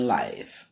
life